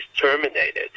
terminated